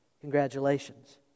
Congratulations